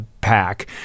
pack